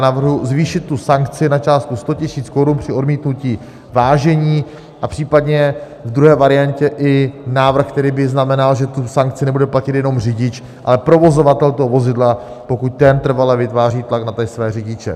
Navrhuji zvýšit tu sankci na částku 100 000 korun při odmítnutí vážení a případně v druhé variantě i návrh, který by znamenal, že sankci nebude platit jenom řidič, ale provozovatel toho vozidla, pokud ten trvale vytváří tlak na své řidiče.